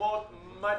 מקומות מדהימים.